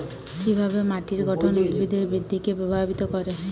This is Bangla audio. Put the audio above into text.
কিভাবে মাটির গঠন উদ্ভিদের বৃদ্ধিকে প্রভাবিত করে?